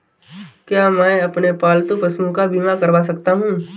क्या मैं अपने पालतू पशुओं का बीमा करवा सकता हूं?